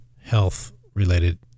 health-related